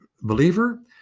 Believer